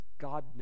godness